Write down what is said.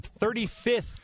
35th